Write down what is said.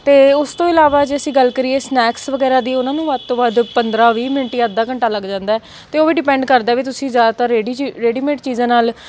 ਅਤੇ ਉਸ ਤੋਂ ਇਲਾਵਾ ਜੇ ਅਸੀਂ ਗੱਲ ਕਰੀਏ ਸਨੈਕਸ ਵਗੈਰਾ ਦੀ ਉਹਨਾਂ ਨੂੰ ਵੱਧ ਤੋਂ ਵੱਧ ਪੰਦਰਾਂ ਵੀਹ ਮਿੰਟ ਜਾਂ ਅੱਧਾ ਘੰਟਾ ਲੱਗ ਜਾਂਦਾ ਅਤੇ ਉਹ ਵੀ ਡਿਪੈਂਡ ਕਰਦਾ ਵੀ ਤੁਸੀਂ ਜ਼ਿਆਦਾਤਰ ਰੇਡੀ ਚ ਰੇਡੀਮੇਟ ਚੀਜ਼ਾਂ ਨਾਲ਼